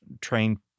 train